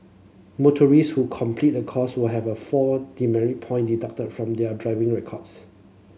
motorist who complete the course will have a four point deducted from their driving records